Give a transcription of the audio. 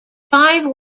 five